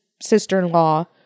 sister-in-law